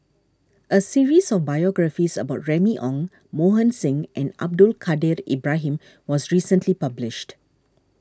a series of biographies about Remy Ong Mohan Singh and Abdul Kadir Ibrahim was recently published